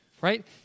right